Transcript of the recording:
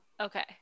okay